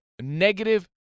negative